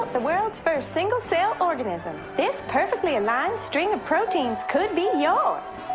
the world's first single-cell organism? this perfectly aligned string of proteins could be yours.